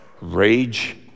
rage